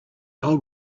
old